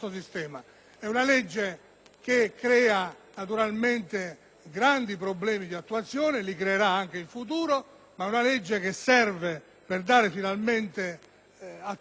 che crea rilevanti problemi di attuazione e li creerà anche in futuro, ma è una legge che serve per dare finalmente attuazione ad un grande principio